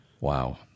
Wow